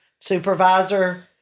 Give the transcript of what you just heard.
Supervisor